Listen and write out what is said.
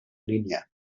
línia